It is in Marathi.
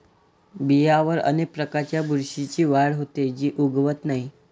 बियांवर अनेक प्रकारच्या बुरशीची वाढ होते, जी उगवत नाही